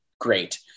great